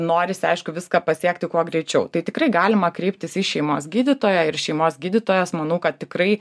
norisi aišku viską pasiekti kuo greičiau tai tikrai galima kreiptis į šeimos gydytoją ir šeimos gydytojas manau kad tikrai